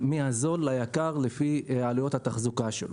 מהזול ליקר לפי עלויות התחזוקה שלו.